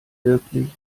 wirklich